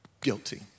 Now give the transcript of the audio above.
guilty